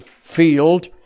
field